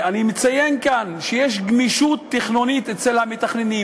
אני מציין כאן שיש גמישות תכנונית אצל המתכננים.